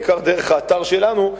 בעיקר דרך האתר שלנו,